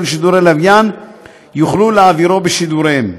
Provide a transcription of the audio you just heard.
לשידורי לוויין יוכלו להעבירו בשידוריהם.